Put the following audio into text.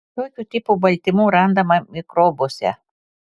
tokio tipo baltymų randama mikrobuose